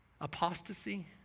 Apostasy